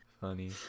funny